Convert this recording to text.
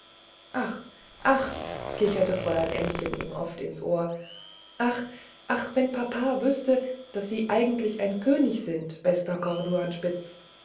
ach ach kicherte fräulein ännchen ihm oft ins ohr ach ach wenn papa wüßte daß sie eigentlich ein könig sind bester